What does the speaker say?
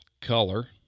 color